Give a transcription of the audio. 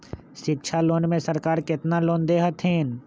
शिक्षा लोन में सरकार केतना लोन दे हथिन?